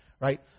right